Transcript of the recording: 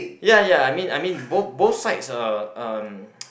ya ya I mean I mean both both sides uh um